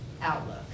Outlook